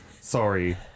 sorry